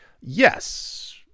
yes